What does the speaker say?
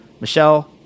Michelle